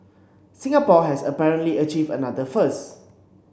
Singapore has apparently achieved another first